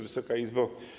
Wysoka Izbo!